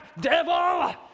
devil